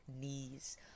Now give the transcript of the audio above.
knees